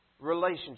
relationship